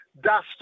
dust